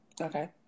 okay